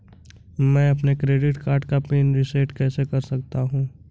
मैं अपने credit card का पिन रिसेट कैसे कर सकता हूँ?